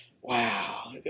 Wow